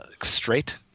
straight